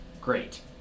great